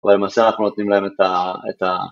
אבל למעשה אנחנו נותנים להם את ה...